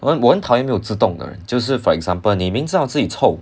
我我很讨厌没有自动的人就是 for example 你明知道自己臭